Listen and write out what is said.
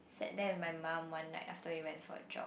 said that with my mum one night after he went for a job